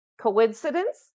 Coincidence